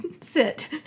sit